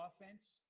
offense